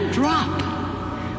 drop